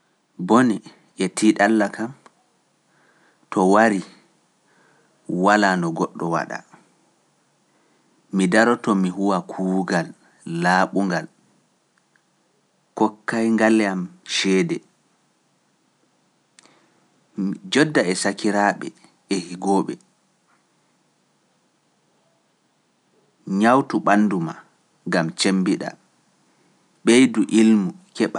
Bone e tiiɗalla kam, to warii, walaa no goɗɗo waɗa, mi daroto mi huwa kuugal, laaɓungal kokkayngal yam ceede, mi joodda e sakiraaɓe e higooɓe. Nyawtu ɓanndu maa, ngam cemmbiɗaa. Ɓeydu ilmu keɓaa